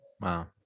Wow